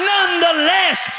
Nonetheless